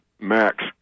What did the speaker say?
max